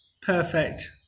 perfect